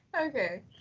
Okay